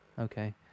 Okay